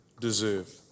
deserve